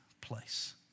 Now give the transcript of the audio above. place